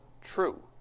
true